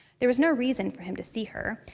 there was no reason for him to see her.